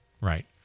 Right